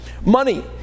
money